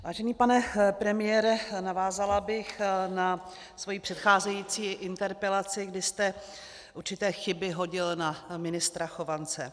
Vážený pane premiére, navázala bych na svou předcházející interpelaci, kdy jste určité chyby hodil na ministra Chovance.